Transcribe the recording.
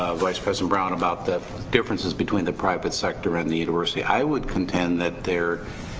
vice president brown about the differences between the private sector and the university i would contend that they're,